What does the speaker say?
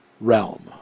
realm